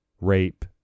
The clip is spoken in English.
rape